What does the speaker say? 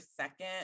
second